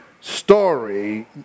story